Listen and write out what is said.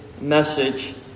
message